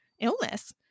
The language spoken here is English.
illness